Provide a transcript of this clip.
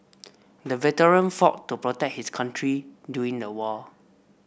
the veteran fought to protect his country during the war